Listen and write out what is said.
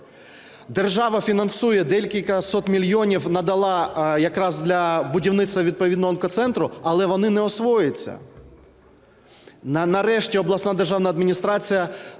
Держава фінансує, декілька сот мільйонів надала якраз для будівництва відповідного онкоцентру, але вони не освоюються. Нарешті обласна державна адміністрація